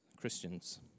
Christians